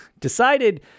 decided